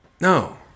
No